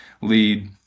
lead